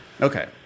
Okay